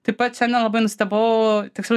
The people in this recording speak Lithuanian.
tai pat šiandien labai nustebau tiksliau